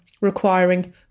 requiring